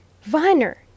Viner